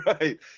Right